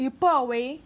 you pour away